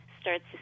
starts